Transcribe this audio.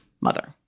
mother